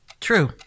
True